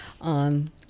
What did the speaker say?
on